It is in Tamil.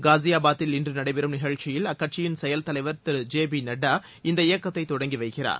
காஸியாபாத்தில் இன்று நடைபெறும் நிகழ்ச்சியில் அக்கட்சியின் செயல் தலைவர் ஜெ பி நட்டா இந்த இயக்கத்தை தொடங்கி வைக்கிறார்